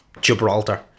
Gibraltar